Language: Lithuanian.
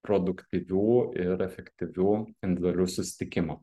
produktyvių ir efektyvių individualių susitikimų